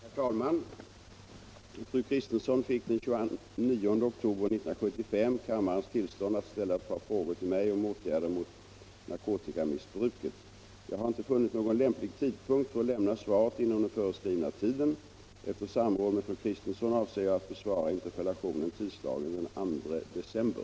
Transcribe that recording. Herr talman! Fru Kristensson fick den 29 oktober 1975 kammarens tillstånd att ställa ett par frågor till mig om åtgärder mot narkotikamissbruket. Jag har inte funnit någon lämplig tidpunkt för att lämna svaret inom den föreskrivna tiden. Efter samråd med fru Kristensson avser jag att besvara interpellationen tisdagen den 2 december.